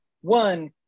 one